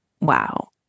Wow